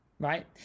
Right